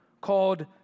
called